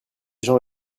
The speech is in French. gens